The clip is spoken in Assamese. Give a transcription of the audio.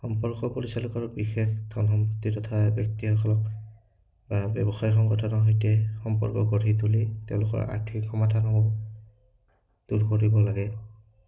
সম্পৰ্ক পৰিচালকৰ বিশেষ ধন সম্পতি থকা ব্যক্তিাসকলক বা ব্যৱসায় সংগঠনৰ সৈতে সম্পৰ্ক গঢ়ি তুলি তেওঁলোকৰ আৰ্থিক সমাধানো দূৰ কৰিব লাগে